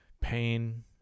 pain